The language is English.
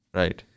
right